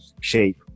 shape